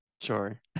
sure